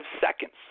seconds